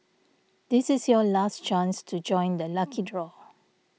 this is your last chance to join the lucky draw